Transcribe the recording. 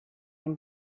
and